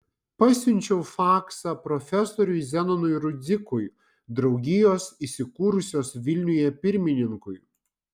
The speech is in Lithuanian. pasiunčiau faksą profesoriui zenonui rudzikui draugijos įsikūrusios vilniuje pirmininkui